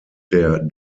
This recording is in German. der